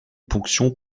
ponction